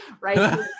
right